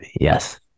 yes